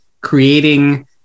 creating